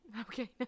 Okay